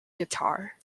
guitar